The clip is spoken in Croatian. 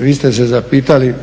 vi ste se zapitali